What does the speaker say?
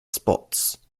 spots